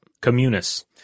communis